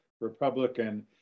Republican